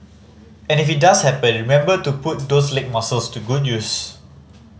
and if it does happen remember to put those leg muscles to good use